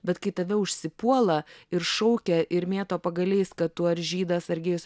bet kai tave užsipuola ir šaukia ir mėto pagaliais kad tu ar žydas ar gėjus